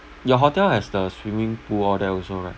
your hotel has the swimming pool all that also right